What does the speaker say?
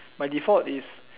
by default is